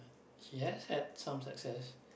she has had some success